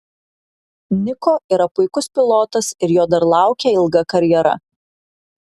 niko yra puikus pilotas ir jo dar laukia ilga karjera